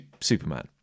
Superman